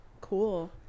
cool